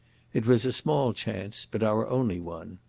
it was a small chance but our only one.